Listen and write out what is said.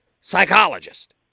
psychologist